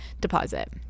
deposit